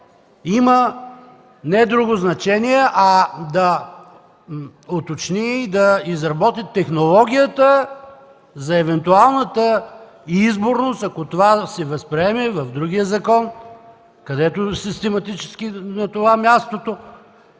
има не друго значение, а да уточни и да изработи технологията за евентуалната изборност, ако това се възприеме, в другия закон, където му е систематически на това мястото.